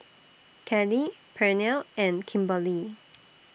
Kelli Pernell and Kimberlie